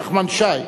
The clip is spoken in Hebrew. נחמן שי,